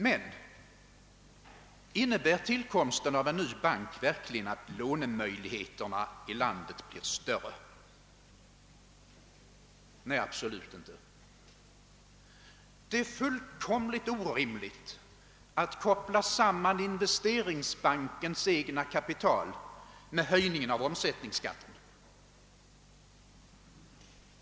Men innebär tillkomsten av en ny bank verkligen att lånemöjligheterna i landet blir större? Nej, absolut inte. Det är fullkomligt orimligt att koppla samman investeringsbankens egna kapital med höjningen av omsättningsskatten.